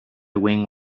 wing